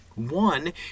One